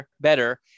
better